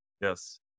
Yes